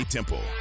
Temple